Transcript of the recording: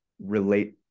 relate